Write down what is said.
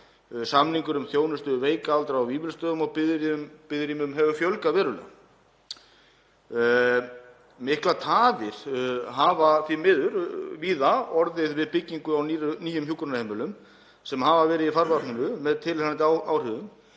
samningur um þjónustu við veika aldraða á Vífilsstöðum og biðrýmum hefur fjölgað verulega. Miklar tafir hafa því miður víða orðið við byggingu á nýjum hjúkrunarheimilum sem hafa verið í farvatninu, með tilheyrandi áhrifum.